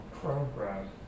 program